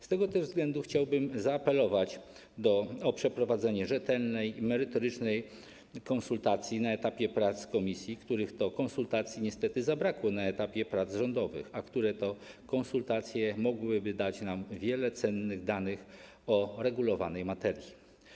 Z tego też względu chciałbym zaapelować o przeprowadzenie rzetelnych i merytorycznych konsultacji na etapie prac komisji, których to konsultacji niestety zabrakło na etapie prac rządowych, a które to konsultacje mogłyby dać nam wiele cennych danych o regulowanej materii.